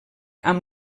amb